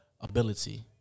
ability